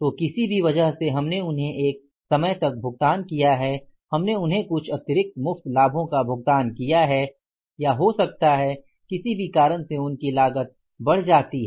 तो किसी भी वजह से हमने उन्हें एक समय तक भुगतान किया है हमने उन्हें कुछ अतिरिक्त मुफ्त लाभों का भुगतान किया है या हो सकता है किसी भी कारण से उनकी लागत बढ़ जाती है